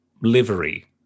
livery